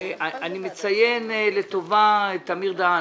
אני מציין לטובה את אמיר דהן.